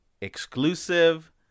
exclusive